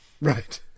Right